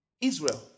Israel